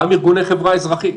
גם ארגוני חברה אזרחית,